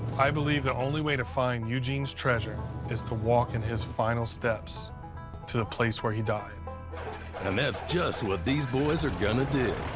i believe the only way to find eugene's treasure is to walk in his final steps to the place where he died. narrator and that's just what these boys are gonna do.